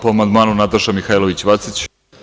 Po amandmanu Nataša Mihailović Vacić.